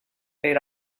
per